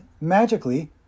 magically